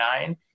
nine